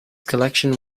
collection